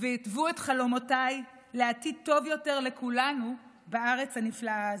והתוו את חלומותיי לעתיד טוב יותר לכולנו בארץ הנפלאה הזאת.